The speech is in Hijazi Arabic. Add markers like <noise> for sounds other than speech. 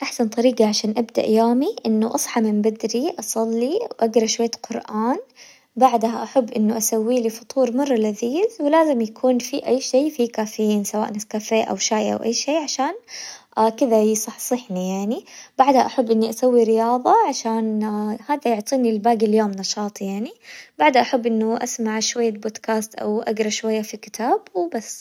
أحسن طريقة عشان أبدأ يومي إنه أصحى من بدري اصلي وأقرا شوية قرآن، بعدها أحب إنه أسوي فطور مرة لذيذ ولازم يكون في أي شي في كافيين سواء نسكافيه أو شاي أو أي شي عشان <hesitation> كذا يصحصحني يعني، بعدها أحب إني أسوي رياظة عشان <hesitation> هذا يعطيني لباقي اليوم نشاط يعني، بعدها أحب إنه أسمع شوية بودكاست أو أقرا شوية في كتاب وبس.